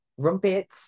rumpets